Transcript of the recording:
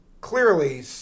Clearly